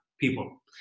people